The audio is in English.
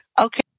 Okay